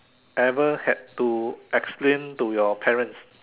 ever had to explain to your parents